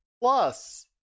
Plus